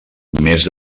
més